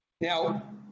Now